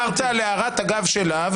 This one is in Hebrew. כי אתה הערת על הערת אגב שלה,